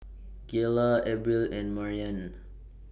Galilea Abril and Maryann